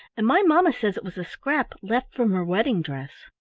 and my mamma says it was a scrap left from her wedding dress.